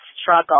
struggle